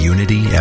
Unity